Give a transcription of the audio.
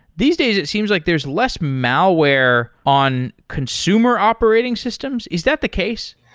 these days it seems like there's less malware on consumer operating systems. is that the case?